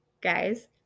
Guys